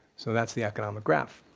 so that's the economic graph.